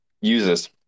users